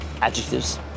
adjectives